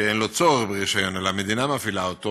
שאין לו צורך ברישיון אלא המדינה מפעילה אותו